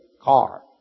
car